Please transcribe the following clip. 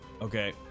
Okay